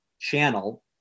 channel